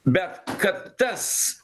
bet kad tas